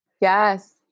yes